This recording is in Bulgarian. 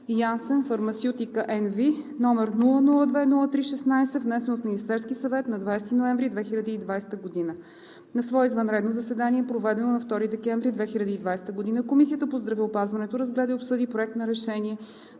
Janssen Pharmaceutica NV, № 002-03-16, внесен от Министерския съвет на 20 ноември 2020 г. На свое извънредно заседание, проведено на 2 декември 2020 г., Комисията по здравеопазването разгледа и обсъди Проект на решение